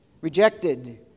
rejected